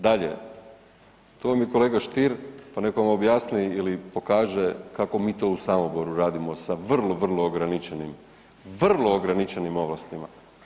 Dalje, tu vam je kolega Stier pa nek vam objasni ili pokaže kako mi to u Samoboru radimo sa vrlo, vrlo ograničenim, vrlo ograničenim ovlastima.